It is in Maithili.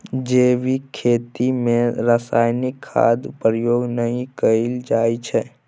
जैबिक खेती मे रासायनिक खादक प्रयोग नहि कएल जाइ छै